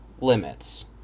limits